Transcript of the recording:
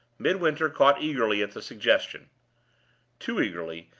midwinter caught eagerly at the suggestion too eagerly,